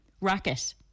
racket